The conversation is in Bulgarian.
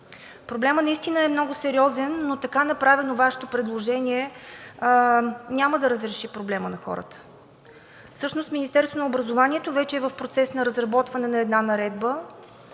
Проблемът наистина е много сериозен, но така направено, Вашето предложение няма да разреши проблема на хората. Всъщност Министерството на здравеопазването вече е в процес на разработване на една наредба,